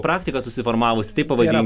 praktika susiformavusi taip pavadink